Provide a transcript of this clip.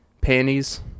panties